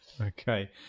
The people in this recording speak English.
Okay